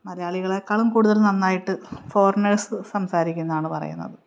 മലയാളികളെേക്കാളും കൂടുതൽ നന്നായിട്ട് ഫോറിനേഴ്സ് സംസാരിക്കുമെന്നാണ് പറയുന്നത്